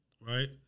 right